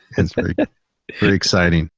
it's very exciting.